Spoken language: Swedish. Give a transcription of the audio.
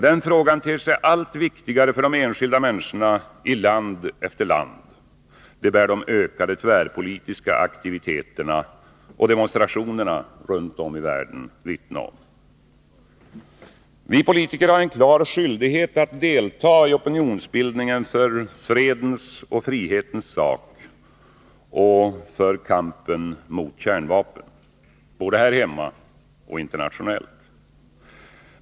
Den frågan ter sig allt viktigare för de enskilda människorna i land efter land — det bär de ökade tvärpolitiska aktiviterna och demonstrationerna runt om i världen vittne om. Vi politiker har en klar skyldighet att delta i opinionsbildningen för fredens och frihetens sak och för kampen mot kärnvapen, både här hemma och internationellt.